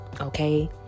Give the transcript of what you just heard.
okay